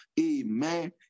Amen